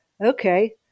okay